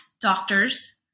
doctors